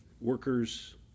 workers